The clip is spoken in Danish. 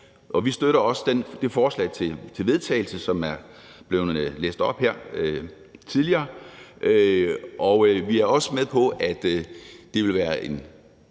Vi støtter også det forslag til vedtagelse, som er blevet læst op her tidligere, og vi er også med på, at det vil være en